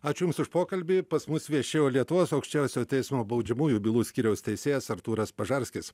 aš jums už pokalbį pas mus viešėjo lietuvos aukščiausiojo teismo baudžiamųjų bylų skyriaus teisėjas artūras pažarskis